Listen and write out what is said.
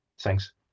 thanks